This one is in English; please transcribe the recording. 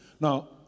Now